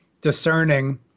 discerning